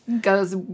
goes